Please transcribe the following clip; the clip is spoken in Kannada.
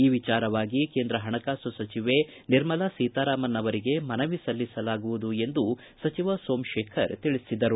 ಈ ವಿಚಾರವಾಗಿ ಕೇಂದ್ರ ಹಣಕಾಸು ಸಚಿವೆ ನಿರ್ಮಲಾ ಸೀತಾರಾಮನ್ ಅವರಿಗೆ ಮನವಿ ಸಲ್ಲಿಸಲಾಗುವುದು ಎಂದು ಸಚಿವ ಸೋಮಶೇಖರ್ ತಿಳಿಸಿದರು